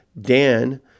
Dan